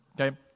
Okay